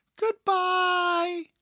Goodbye